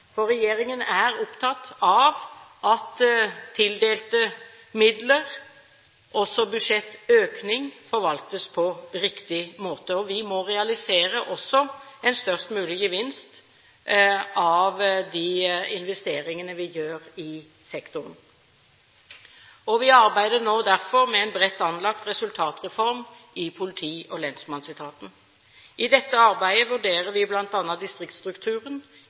Regjeringen er opptatt av at tildelte midler, også budsjettøkning, forvaltes på riktig måte. Vi må realisere en størst mulig gevinst av de investeringene vi gjør i sektoren. Vi arbeider derfor nå med en bredt anlagt resultatreform i politi- og lensmannsetaten. I dette arbeidet vurderer vi bl.a. distriktsstrukturen